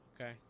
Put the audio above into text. Okay